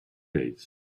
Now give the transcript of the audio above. gates